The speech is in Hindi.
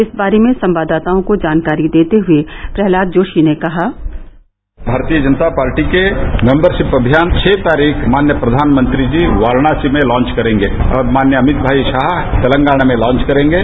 इस बारे में संवाददाताओं को जानकारी देते हुए प्रहलाद जोशी ने कहा भारतीय जनता पार्टी के मेंबरशिप अभियान के छह तारीख माननीय प्रधानमंत्री जी वाराणसी में लॉन्च करेंगे और माननीय अमित भाई शाह तेलंगाना में लॉन्च करेंगे